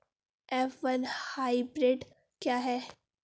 F one hybrid क्या है?